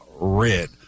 red